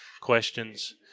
questions